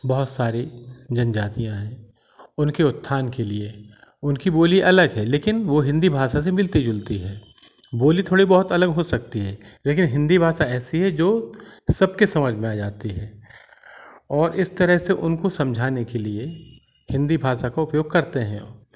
बहुत सारी जनजातियाँ हैं उनके उत्थान के लिए उनकी बोली अगल है लेकिन वो हिन्दी भाषा से मिलती जुलती है बोली थोड़ी बहुत अलग हो सकती है लेकिन हिन्दी भाषा ऐसी है जो सबके समझ में आ जाती है और इस तरह से उनको समझाने के लिए हिन्दी भाषा का उपयोग करते हैं